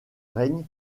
règne